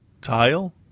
tile